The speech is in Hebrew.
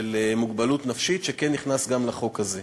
של מוגבלות נפשית, שכן נכנס לחוק הזה.